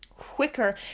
quicker